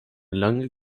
lange